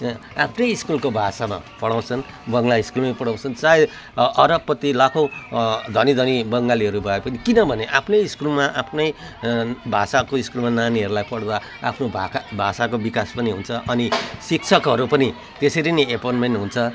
आफ्नै स्कुलको भाषामा पढाउँछन् बङ्गला स्कुलमै पढाउँछन् चाहे अरबपति लाखौँ धनी धनी बङ्गालीहरू भए पनि किनभने आफ्नै स्कुलमा आफ्नै भाषाको स्कुलमा नानीहरूलाई पढ्दा आफ्नो भाका भाषाको विकास पनि हुन्छ अनि शिक्षकहरू पनि त्यसरी नै एपोन्टमेन्ट हुन्छ